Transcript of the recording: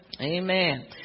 Amen